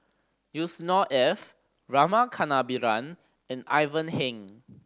Yusnor Ef Rama Kannabiran and Ivan Heng